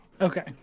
Okay